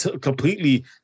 completely